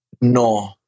No